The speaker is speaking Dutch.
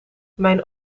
mijn